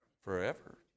Forever